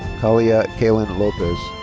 kaliah calyn lopez.